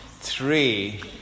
Three